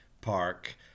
Park